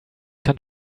kann